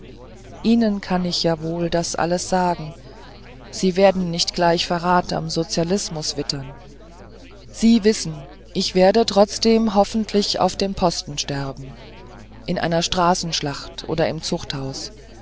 ihnen kann ich ja wohl das alles sagen sie werden nicht gleich verrat am sozialismus wittern sie wissen ich werde trotzdem hoffentlich auf dem posten sterben in einer straßenschlacht oder im zuchthaus